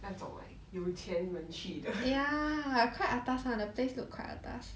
那种 like 有钱人去的